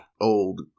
old